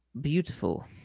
Beautiful